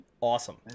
Awesome